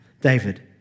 David